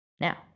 Now